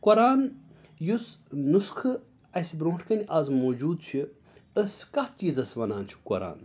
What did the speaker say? قۅرآن یُس نُسخہٕ اسہِ برٛونٛٹھ کٔنۍ آز موٗجوٗد چھُ أسۍ کَتھ چیٖزَس وَنان چھِ قۅران